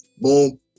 boom